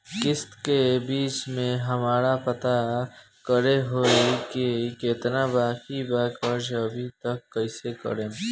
किश्त के बीच मे हमरा पता करे होई की केतना बाकी बा कर्जा अभी त कइसे करम?